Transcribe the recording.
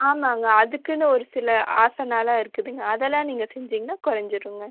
ஆமாம்ங்க அதுக்குன்னு ஒரு சில ஆசனலாம் இருக்குதுங்க அதெல்லாம் நீங்கள் செஞ்சிங்கன்னா குறஞ்சிருங்க